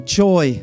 joy